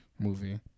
movie